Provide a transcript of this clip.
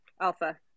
alpha